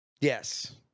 Yes